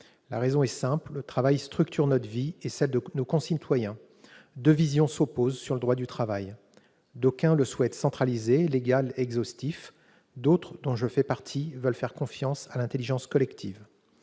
La raison en est simple : le travail structure nos vies et celles de nos concitoyens. Deux visions s'opposent sur le droit du travail : d'aucuns le souhaitent centralisé, légal, exhaustif ; d'autres, dont je fais partie, veulent faire confiance à l'intelligence collective.